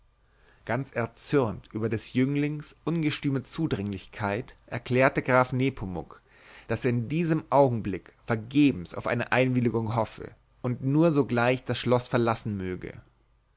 ganz erzürnt über des jünglings ungestüme zudringlichkeit erklärte graf nepomuk daß er in diesem augenblick vergebens auf seine einwilligung hoffe und nur sogleich das schloß verlassen möge